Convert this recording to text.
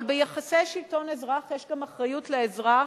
אבל ביחסי שלטון אזרח יש גם אחריות לאזרח,